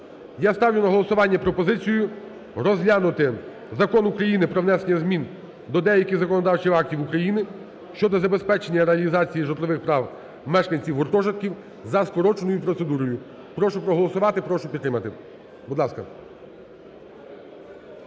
Я ставлю на голосування пропозицію розглянути Закон України "Про внесення змін до деяких законодавчих актів України щодо забезпечення реалізації житлових прав мешканців гуртожитків" за скороченою процедурою. Прошу проголосувати, прошу підтримати, будь ласка.